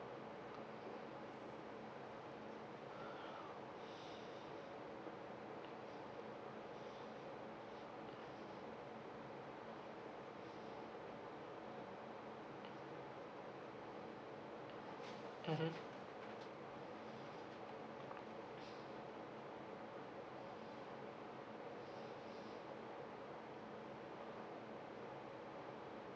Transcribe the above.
mmhmm